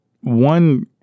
one